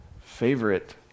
favorite